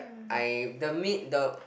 I the mean the